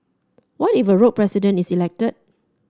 what if a rogue president is elected